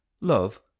Love